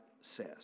says